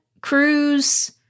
Cruise